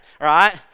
right